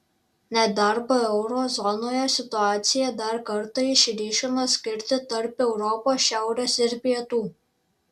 nedarbo euro zonoje situacija dar kartą išryškina skirtį tarp europos šiaurės ir pietų